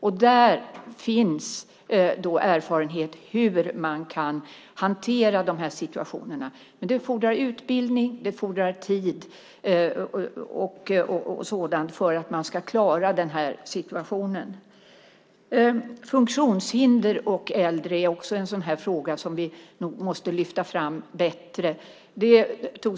Det finns erfarenhet av hur man kan hantera de här situationerna, men det fordrar utbildning och tid. Funktionshinder och äldre är också en fråga som vi nog måste lyfta fram bättre.